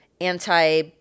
Anti